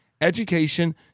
Education